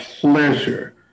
pleasure